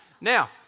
Now